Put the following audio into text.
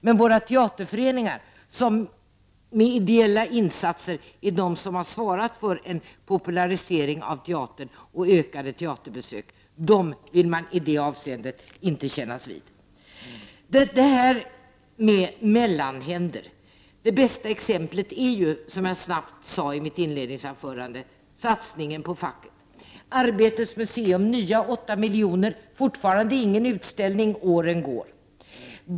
Men våra teaterföreningar, som med ideella insatser har svarat för en popularisering av teatern och en ökning av teaterbesöken, vill socialdemokraterna inte kännas vid. Det bästa exemplet på mellanhänder, som jag nämnde i mitt inledningsanförande, är satsningen på facket. Arbetets museum får åtta nya miljoner, men fortfarande har det inte haft någon utställning och åren går.